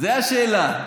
זו השאלה.